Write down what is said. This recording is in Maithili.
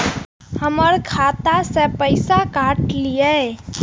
हमर खाता से पैसा काट लिए?